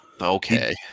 Okay